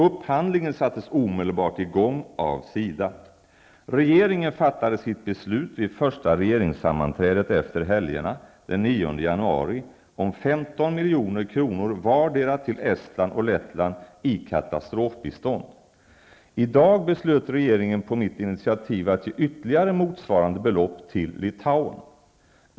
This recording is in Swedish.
Upphandlingen sattes omedelbart i gång av SIDA. Regeringen fattade sitt beslut vid första regeringssammanträdet efter helgerna den 9 Lettland i katastrofbistånd. I dag beslöt regeringen på mitt initiativ att ge ytterligare motsvarande belopp till Litauen.